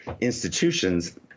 institutions